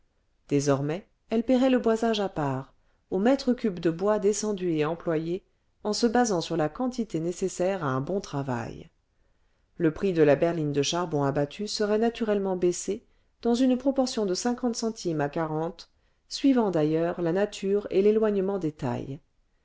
désormais elle paierait le boisage à part au mètre cube de bois descendu et employé en se basant sur la quantité nécessaire à un bon travail le prix de la berline de charbon abattu serait naturellement baissé dans une proportion de cinquante centimes à quarante suivant d'ailleurs la nature et l'éloignement des tailles